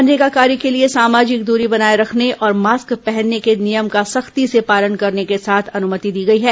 मनरेगा कार्य के लिए सामाजिक दूरी बनाये रखने और मास्क पहनने के नियम का सख्ती से पालन करने के साथ अनुमति दी गई है